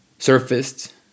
surfaced